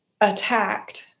attacked